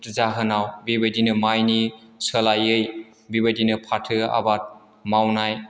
जाहोनाव बेबायदिनो माइनि सोलायै बिबादिनो फाथो आबाद मावनाय